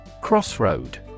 Crossroad